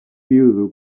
viudo